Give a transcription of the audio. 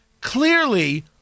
Clearly